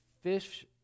fish